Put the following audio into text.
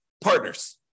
partners